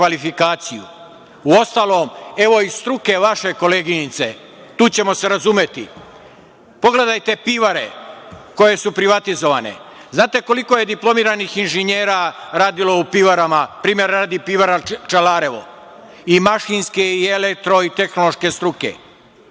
evo iz struke vaše, koleginice, tu ćemo se razumeti. Pogledajte pivare koje su privatizovane. Znate koliko je diplomiranih inženjera radilo u pivarama, primera radi, pivara "Čelarevo", i mašinske i elektro i tehnološke struke?